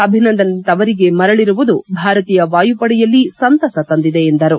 ಅಭಿನಂದನ್ ತವರಿಗೆ ಮರಳಿರುವುದು ಭಾರತೀಯ ವಾಯುಪಡೆಯಲ್ಲಿ ಸಂತಸ ತಂದಿದೆ ಎಂದರು